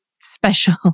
special